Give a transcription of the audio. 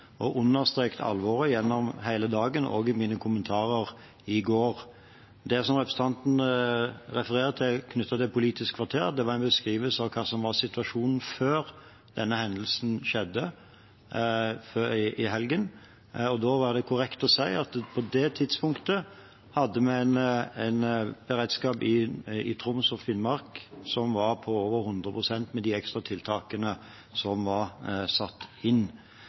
og jeg har understreket alvoret gjennom hele dagen i dag og i mine kommentarer i går. Det som representanten refererer til knyttet til Politisk kvarter, var en beskrivelse av hva som var situasjonen før denne hendelsen skjedde i helgen. Da var det korrekt å si at på det tidspunktet hadde vi en beredskap i Troms og Finnmark som var på over 100 pst. med de ekstra tiltakene som var satt inn.